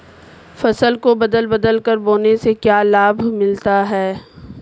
फसल को बदल बदल कर बोने से क्या लाभ मिलता है?